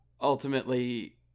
ultimately